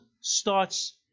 starts